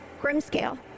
Grimscale